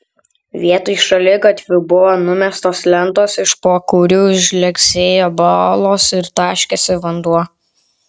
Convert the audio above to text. vietoj šaligatvių buvo numestos lentos iš po kurių žlegsėjo balos ir taškėsi vanduo